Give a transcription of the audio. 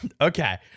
Okay